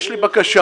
יש לי בקשה,